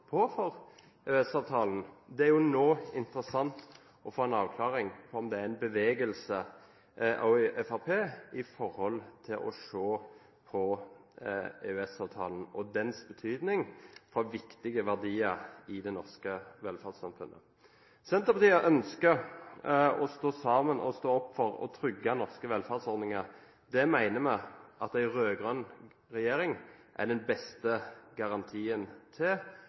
Det er nå interessant å få en avklaring av om det er en bevegelse også i Fremskrittspartiet når det gjelder å se på EØS-avtalen og dens betydning for viktige verdier i det norske velferdssamfunnet. Senterpartiet ønsker å stå sammen om – og stå opp for – å trygge norske velferdsordninger. Det mener vi at en rød-grønn regjering er den beste garantien